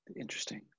interesting